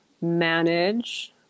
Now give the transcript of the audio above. manage